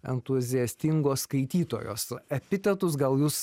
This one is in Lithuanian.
entuziastingos skaitytojos epitetus gal jūs